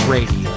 Radio